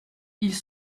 ils